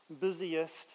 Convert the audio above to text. busiest